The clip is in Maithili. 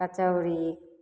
कचौड़ी